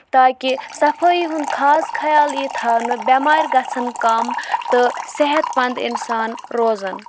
تاکہِ صفٲٮٔی ہُند خاص خیال ییہِ تھاونہٕ بیمارِ گژھن کَم تہٕ صحت مند اِنسان روزن